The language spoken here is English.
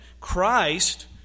Christ